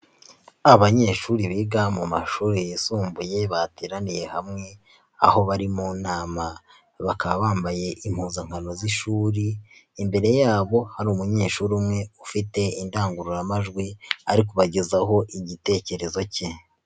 Abanyeshuri biga mu mashuri yisumbuye bateraniye hamwe aho bari mu nama, bakaba bambaye impuzankano z'ishuri imbere yabo hari umunyeshuri umwe ufite indangururamajwi ari kubagezaho igitekerezo cye.